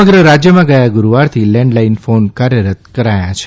સમગ્ર રાજયમાં ગયા ગુરૂવારથી લેન્ડલાઇન ફોન કાર્યરત કરાયા છે